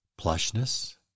plushness